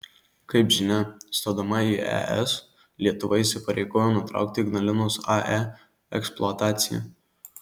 kaip žinia stodama į es lietuva įsipareigojo nutraukti ignalinos ae eksploataciją